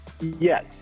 Yes